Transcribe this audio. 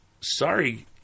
Sorry